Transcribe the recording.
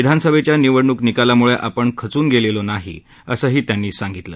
विधानसभेच्या निवडणूक निकालामुळे आपण खचून गेलेलो नाही असंही त्यांनी सांगितलं